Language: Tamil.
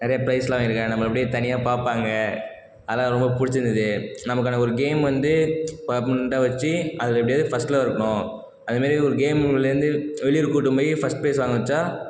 நிறைய ப்ரைஸ்லாம் வாங்கி இருக்கேன் நம்மளை அப்படியே தனியாக பார்ப்பாங்க அதலாம் ரொம்ப பிடிச்சி இருந்தது நமக்கான ஒரு கேம் வந்து பர்மனண்டாக வச்சு அதில் எப்படியாவது ஃபர்ஸ்ட்டில் இருக்கணும் அதுமாதிரி ஒரு கேம்லேருந்து வெளி ஊருக்கு கூட்டுபோயி ஃபர்ஸ்ட் ப்ரைஸ் வாங்க வச்சால்